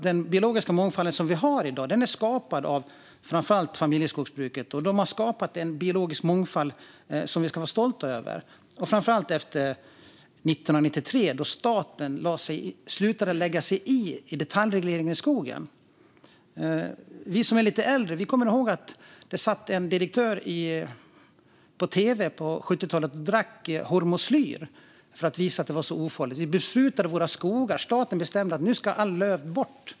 Den biologiska mångfald som vi har i dag är framför allt skapad av familjeskogsbruket. Man har skapat en biologisk mångfald som vi ska vara stolta över, framför allt efter 1993, då staten slutade att lägga sig i med detaljreglering i skogen. Vi som är lite äldre kommer ihåg att det på 70-talet satt en direktör i tv och drack hormoslyr för att visa att det var ofarligt. Skogarna besprutades - staten bestämde att alla löv skulle bort.